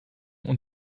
und